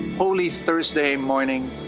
holy thursday morning,